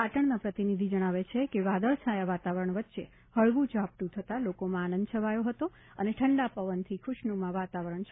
પાટણના પ્રતિનિધિ જણાવે છે કે વાદળછાયા વાતાવરણ વચ્ચે હળવું ઝાપટું થતાં લોકોમાં આનંદ છવાયો હતો અને ઠંડા પવનથી ખુશનુમા વાતાવરણ છવાયું હતું